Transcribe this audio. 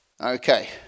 Okay